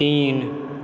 तीन